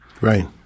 Right